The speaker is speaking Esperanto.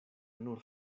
nur